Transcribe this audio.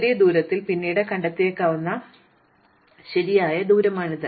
ചെറിയ ദൂരത്തിൽ പിന്നീട് കണ്ടെത്തിയേക്കാവുന്ന ശരിയായ ദൂരമാണിത്